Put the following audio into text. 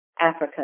Africa